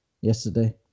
yesterday